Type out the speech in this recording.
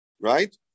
Right